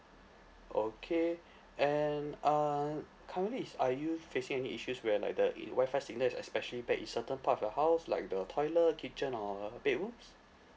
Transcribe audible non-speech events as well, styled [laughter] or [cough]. okay [breath] and um currently is are you facing any issues where like the it it WI-FI signal is especially bad in certain part of your house like the toilet kitchen or bedrooms